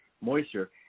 moisture